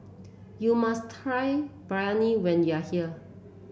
you must try Biryani when you are here